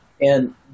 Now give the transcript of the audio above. and-